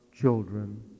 children